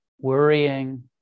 worrying